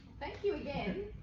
thank you again.